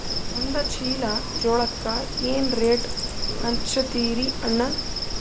ಒಂದ ಚೀಲಾ ಜೋಳಕ್ಕ ಏನ ರೇಟ್ ಹಚ್ಚತೀರಿ ಅಣ್ಣಾ?